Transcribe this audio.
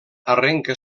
arrenca